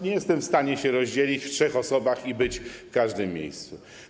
Nie jestem w stanie się rozdzielić na trzy osoby i być w każdym miejscu.